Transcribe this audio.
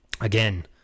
again